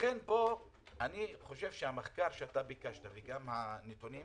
לכן כאן אני חושב שהמחקר שאתה ביקשת וגם הנתונים,